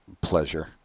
pleasure